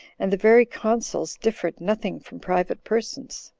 and the very consuls differed nothing from private persons.